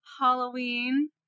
Halloween